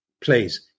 please